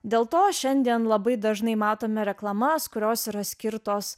dėl to šiandien labai dažnai matome reklamas kurios yra skirtos